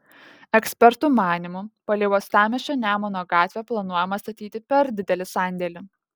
ekspertų manymu palei uostamiesčio nemuno gatvę planuojama statyti per didelį sandėlį